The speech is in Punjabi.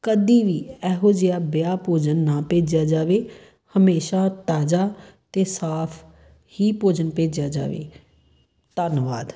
ਕਦੇ ਵੀ ਇਹੋ ਜਿਹਾ ਬਿਹਾ ਭੋਜਨ ਨਾ ਭੇਜਿਆ ਜਾਵੇ ਹਮੇਸ਼ਾ ਤਾਜ਼ਾ ਅਤੇ ਸਾਫ਼ ਹੀ ਭੋਜਨ ਭੇਜਿਆ ਜਾਵੇ ਧੰਨਵਾਦ